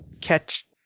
catch